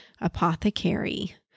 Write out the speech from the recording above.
Apothecary